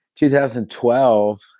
2012